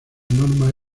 norma